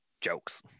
jokes